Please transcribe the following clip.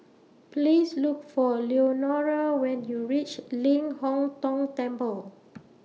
Please Look For Leonora when YOU REACH Ling Hong Tong Temple